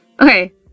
okay